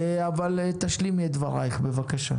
אבל תשלימי את דברייך, בבקשה.